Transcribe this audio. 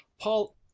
Paul